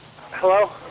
Hello